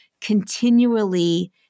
continually